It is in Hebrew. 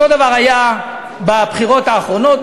אותו דבר היה בבחירות האחרונות,